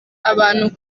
abantu